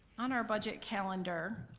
on our budget calendar,